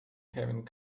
having